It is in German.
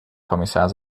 kommissar